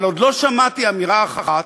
אבל עוד לא שמעתי אמירה אחת,